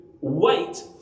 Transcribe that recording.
wait